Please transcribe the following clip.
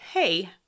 Hey